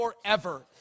forever